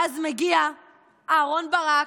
ואז מגיע אהרן ברק,